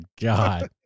God